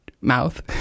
mouth